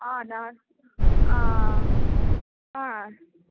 हा नास् हा